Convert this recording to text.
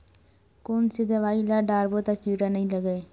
कोन से दवाई ल डारबो त कीड़ा नहीं लगय?